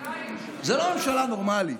זו לא ממשלה נורמלית.